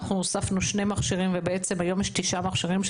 אנחנו הוספנו שני מכשירים ובעצם היום יש תשעה מכשירים,